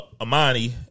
Amani